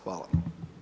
Hvala.